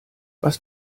was